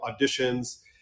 auditions